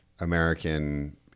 American